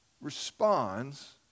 responds